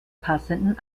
passenden